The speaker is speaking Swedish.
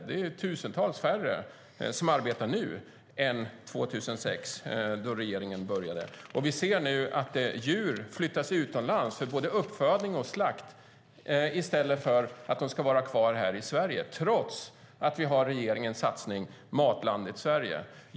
Det är tusentals färre som arbetar där nu än 2006 då regeringen började med satsningen. Vi ser nu att djur flyttas utomlands för både uppfödning och slakt i stället för att vara kvar här i Sverige, trots att vi har regeringens satsning Matlandet Sverige.